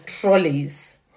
trolleys